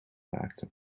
raakte